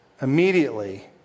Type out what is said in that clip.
immediately